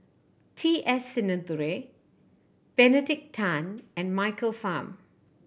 T S Sinnathuray Benedict Tan and Michael Fam